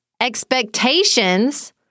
expectations